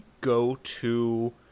go-to